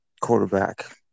quarterback